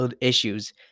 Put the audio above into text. issues